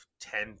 ten